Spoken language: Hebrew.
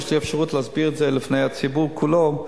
כי יש לי אפשרות להסביר את זה לפני הציבור כולו,